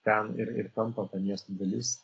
ten ir ir tampa ta miesto dalis